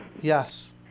Yes